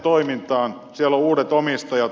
siellä on uudet omistajat